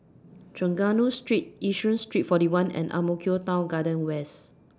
Trengganu Street Yishun Street forty one and Ang Mo Kio Town Garden West